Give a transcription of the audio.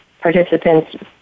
participants